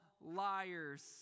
liars